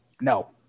No